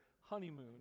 honeymoon